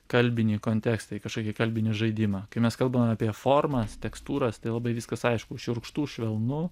kalbinį kontekstą į kažkokį kalbinį žaidimą kai mes kalbam apie formas tekstūras tai labai viskas aišku šiurkštu švelnu